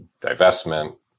divestment